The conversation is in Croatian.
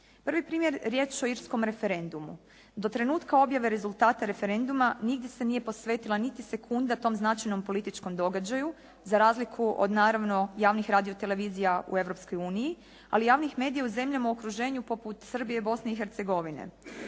Prvi primjer, riječ o irskom referendumu. Do trenutka objave rezultata referenduma nigdje se nije posvetila niti sekunda tom značajnom političkom događaju, za razliko od naravno javnih radiotelevizija u Europskoj uniji, ali javnih medija u zemljama u okruženju poput Srbije i Bosne i Hercegovine,